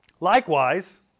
Likewise